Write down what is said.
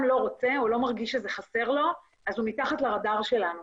לא רוצה או לא מרגיש שזה חסר לו אז הוא מתחת לרדאר שלנו,